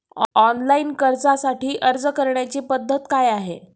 Online कर्जासाठी अर्ज करण्याची पद्धत काय आहे?